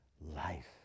life